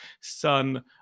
son